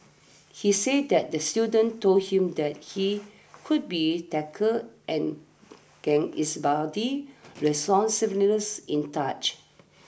he said that the student told him that he could be tickled and gauge his body's responsiveness in touch